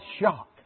shock